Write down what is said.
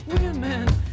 women